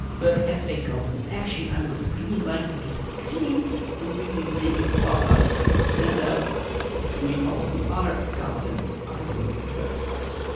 but as a call to action, i would really like to keep it clean, and really make it pop out and stand out between all the other content on your website.